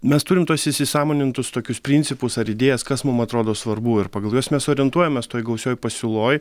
mes turim tuos įsisąmonintus tokius principus ar idėjas kas mum atrodo svarbu ir pagal juos mes orientuojamės toj gausioj pasiūloj